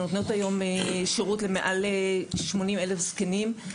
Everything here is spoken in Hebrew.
שנותנות היום שירות למעל ל-80 אלף זקנים,